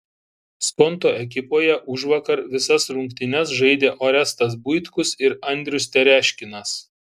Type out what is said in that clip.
skonto ekipoje užvakar visas rungtynes žaidė orestas buitkus ir andrius tereškinas